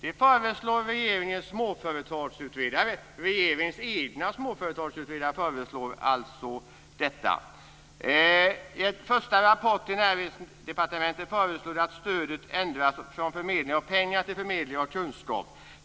Det föreslår regeringens egna småföretagsutredare. "I en första rapport till näringsdepartementet föreslår de att stödet ändras från förmedling av pengar till förmedling av kunskap -.